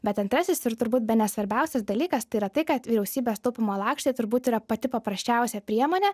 bet antrasis ir turbūt bene svarbiausias dalykas tai yra tai kad vyriausybės taupymo lakštai turbūt yra pati paprasčiausia priemonė